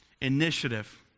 initiative